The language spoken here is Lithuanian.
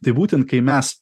tai būtent kai mes